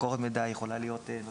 היא יכולה להיות מקורות מידע,